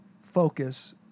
focus